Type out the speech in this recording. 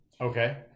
Okay